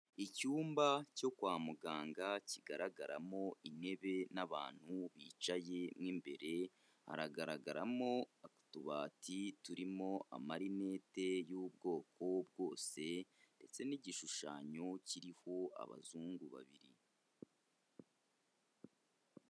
Icyumba cyo kwa muganga kigaragaramo intebe n'abantu bicaye, mu imbere hagaragaramo utubati turimo amarinete y'ubwoko bwose ndetse n'igishushanyo kiriho abazungu babiri.